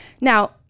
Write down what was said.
Now